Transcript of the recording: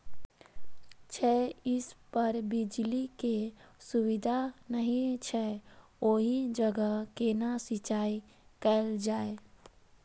छै इस पर बिजली के सुविधा नहिं छै ओहि जगह केना सिंचाई कायल जाय?